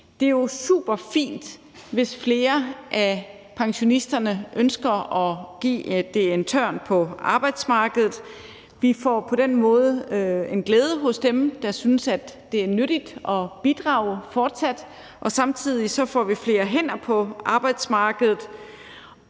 Det er jo superfint, hvis flere af pensionisterne ønsker at tage en tørn på arbejdsmarkedet. Vi får på den måde en glæde hos dem, der synes, at det er nyttigt at bidrage fortsat, og samtidig får vi flere hænder på arbejdsmarkedet.